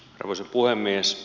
arvoisa puhemies